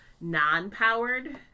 non-powered